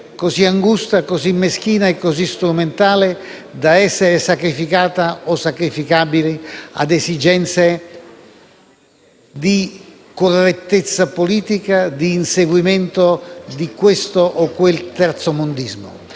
così angusta, così meschina e così strumentale da essere sacrificata o sacrificabile a esigenze di correttezza politica o di inseguimento di questo o quel terzomondismo.